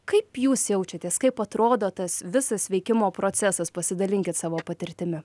kaip jūs jaučiatės kaip atrodo tas visas sveikimo procesas pasidalinkit savo patirtimi